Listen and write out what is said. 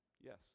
Yes